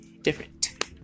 different